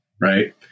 Right